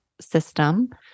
system